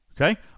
okay